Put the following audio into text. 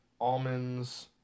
Almonds